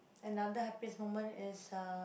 another happiest moment is uh